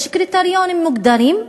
יש קריטריונים מוגדרים,